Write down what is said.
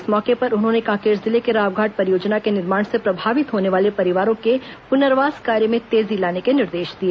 इस मौके पर उन्होंने कांकेर जिले के रावघाट परियोजना के निर्माण से प्रभावित होने वाले परिवारों के पुनर्वास कार्य में तेजी लाने के निर्देश दिए